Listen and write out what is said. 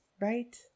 Right